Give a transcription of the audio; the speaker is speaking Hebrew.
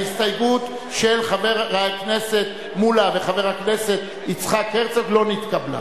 ההסתייגות של חבר הכנסת מולה וחבר הכנסת יצחק הרצוג לא נתקבלה.